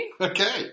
Okay